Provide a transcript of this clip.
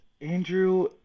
Andrew